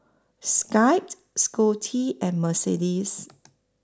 Skye Scottie and Mercedes